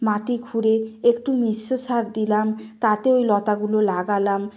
মাটি খুঁড়ে একটু মিশ্র সার দিলাম তাতে ওই লতাগুলো লাগালাম